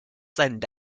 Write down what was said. send